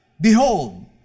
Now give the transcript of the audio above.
Behold